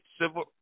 civil